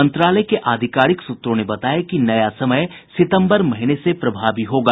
मंत्रालय के आधिकारिक सूत्रों ने बताया कि नया समय सितम्बर महीने से प्रभावी होगा